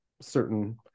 certain